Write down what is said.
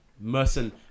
Merson